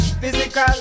physical